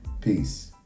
Peace